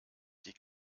die